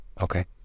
Okay